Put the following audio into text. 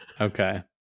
okay